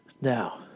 Now